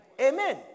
Amen